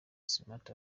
smart